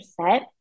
set